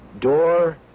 door